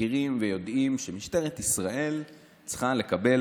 מכירים ויודעים שמשטרת ישראל צריכה לקבל